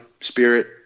spirit